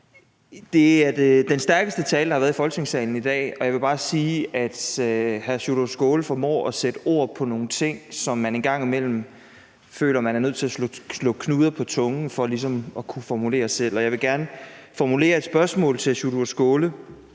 Det er den stærkeste tale, der har været i Folketingssalen i dag, og jeg vil bare sige, at hr. Sjúrður Skaale formår at sætte ord på nogle ting, som man en gang imellem føler, man er nødt til at slå knuder på tungen for at kunne formulere selv. Jeg vil gerne formulere et spørgsmål til hr. Sjúrður Skaale,